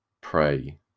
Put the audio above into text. pray